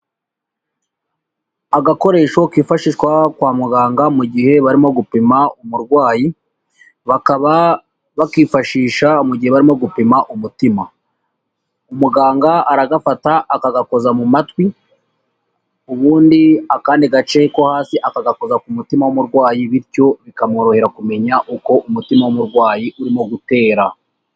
Agakoresho kifashishwa kwa muganga mu gihe barimo gupima umurwayi, bakaba bakifashisha mu gihe barimo gupima umutima. Umuganga aragafata akagakoza mu matwi, ubundi akandi gace ko hasi akagakoza ku mutima w'umurwayi bityo bikamworohera kumenya uko umutima w'umurwayi urimo gutera.